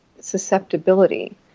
susceptibility